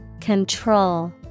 Control